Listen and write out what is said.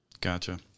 Gotcha